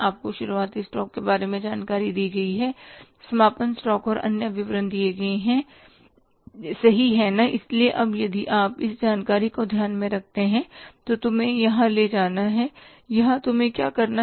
आपको शुरुआती स्टॉक के बारे में जानकारी दी गई है समापन स्टॉक और अन्य विवरण दिए हैंसही हैं ना इसलिए अब यदि आप इस जानकारी को ध्यान में रखते हैं तो तुम्हें यहाँ ले जाना है यहाँ तुम्हें क्या लेना है